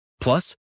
Plus